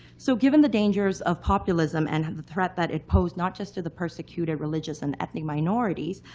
so given the dangers of populism and of the threat that it posed not just to the persecuted religious and ethnic minorities,